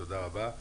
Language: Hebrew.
תודה רבה.